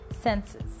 senses